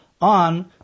on